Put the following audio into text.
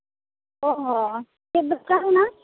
ᱚ ᱦᱚᱸ ᱪᱮᱫ ᱫᱚᱨᱠᱟᱨ ᱢᱮᱱᱟᱜᱼᱟ